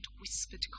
whispered